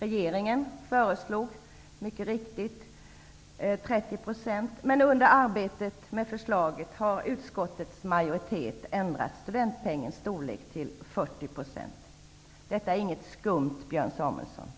Regeringen föreslog mycket riktigt att den skulle vara 30 % av ersättningen. Men under arbetet med förslaget har utskottets majoritet ändrat studentpengens storlek till 40 %. Detta är inget skumt, Björn Samuelson.